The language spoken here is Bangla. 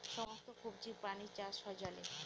সমস্ত কবজি প্রাণীর চাষ হয় জলে